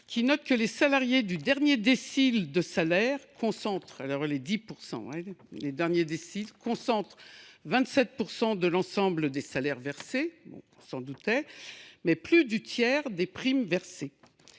qui note que les salariés du dernier décile de salaire concentrent 27 % de l’ensemble des salaires versés – on s’en doutait –, mais aussi plus du tiers des primes versées.